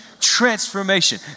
transformation